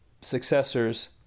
successors